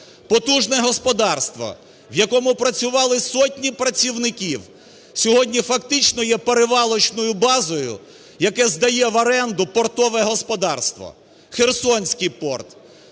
Потужне господарство, в якому працювали сотні працівників сьогодні фактично є перевалочною базою, яке здає в оренду портове господарство. Херсонський порт,